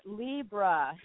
Libra